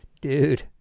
Dude